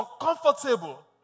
uncomfortable